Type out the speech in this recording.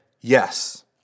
yes